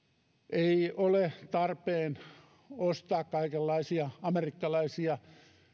ei ole tarpeen ostaa kaikenlaisia amerikkalaisia